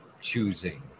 choosing